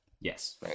yes